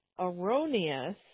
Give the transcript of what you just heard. erroneous